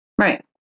Right